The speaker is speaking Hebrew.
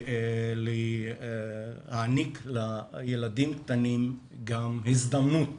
ולהעניק לילדים קטנים גם הזדמנות